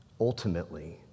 ultimately